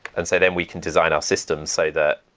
and so then we can design our systems so that